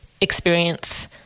experience